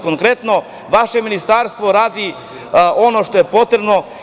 Konkretno, vaše ministarstvo radi ono što je potrebno.